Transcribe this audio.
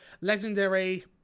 legendary